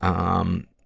um,